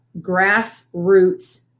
grassroots